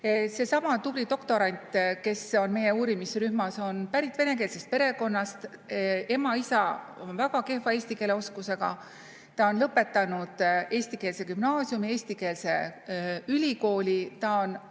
Seesama tubli doktorant, kes on meie uurimisrühmas, on pärit venekeelsest perekonnast. Ema ja isa on väga kehva eesti keele oskusega, aga ta on lõpetanud eestikeelse gümnaasiumi, eestikeelse ülikooli. Ta